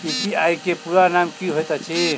UPI केँ पूरा नाम की होइत अछि?